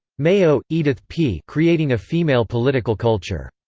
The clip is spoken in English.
mayo, edith p. creating a female political culture.